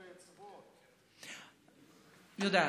שההוצאות, יודעת.